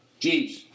Jeez